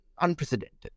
unprecedented